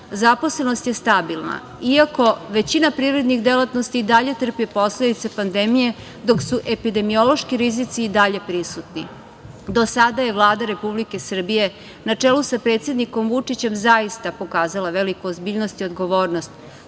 zaposlenost je stabilna iako većina privrednih delatnosti i dalje trpi posledice pandemije dok su epidemiološki rizici i dalje prisutni. Do sada je Vlada Republike Srbije na čelu sa predsednikom Vučićem zaista pokazala veliku ozbiljnost i odgovornost.